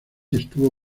estuvo